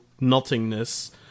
nothingness